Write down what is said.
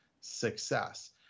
success